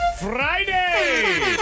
Friday